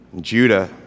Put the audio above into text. Judah